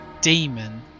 demon